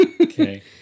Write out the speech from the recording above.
Okay